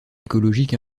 écologique